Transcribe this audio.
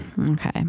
Okay